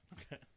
Okay